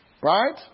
Right